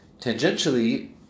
Tangentially